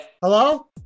Hello